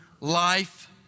life